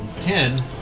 ten